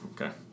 Okay